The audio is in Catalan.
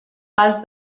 pas